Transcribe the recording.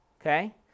Okay